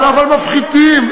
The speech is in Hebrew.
אבל מפחיתים.